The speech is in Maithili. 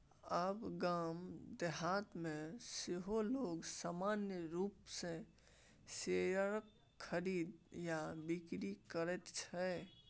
आब गाम देहातमे सेहो लोग सामान्य रूपसँ शेयरक खरीद आ बिकरी करैत छै